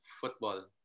Football